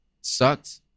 sucked